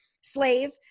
slave